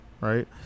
right